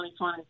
2020